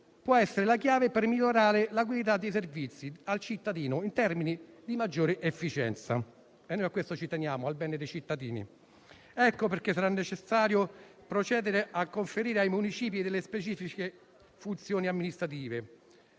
può essere la chiave per migliorare la qualità dei servizi al cittadino in termini di maggiore efficienza. E noi a questo teniamo, al bene dei cittadini. Ecco perché sarà necessario procedere a conferire ai municipi specifiche funzioni amministrative